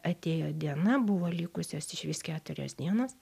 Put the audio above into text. atėjo diena buvo likusios išvis keturios dienos